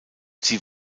sie